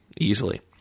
easily